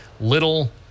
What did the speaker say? little